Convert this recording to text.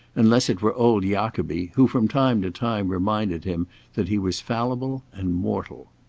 unless it were old jacobi, who from time to time reminded him that he was fallible and mortal.